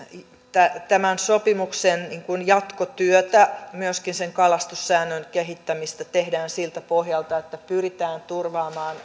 tämän tämän sopimuksen jatkotyötä myöskin sen kalastussäännön kehittämistä tehdään siltä pohjalta että pyritään turvaamaan